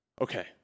Okay